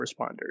responders